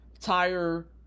tire